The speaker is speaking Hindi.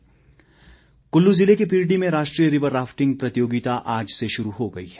रिवर राफ्टिंग कुल्लू जिले के पिरडी में राष्ट्रीय रिवर राफ्टिंग प्रतियोगिता आज से शुरू हो गई है